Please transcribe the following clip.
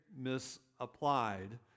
misapplied